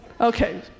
Okay